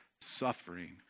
suffering